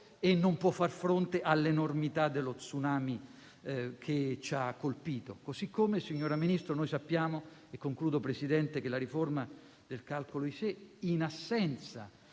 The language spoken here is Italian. e non può far fronte all'enormità dello *tsunami* che ci ha colpito. Così come, signora Ministro, noi sappiamo - e concludo, Presidente - che la riforma del calcolo ISEE, in assenza